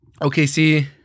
OKC